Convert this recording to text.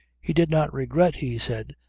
he did not regret, he said,